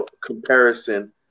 comparison